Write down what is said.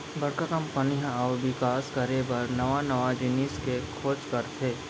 बड़का कंपनी ह अउ बिकास करे बर नवा नवा जिनिस के खोज करथे